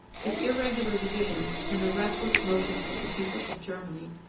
the irregular divisions, and the restless motions, of the people of germany,